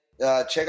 Check